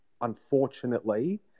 unfortunately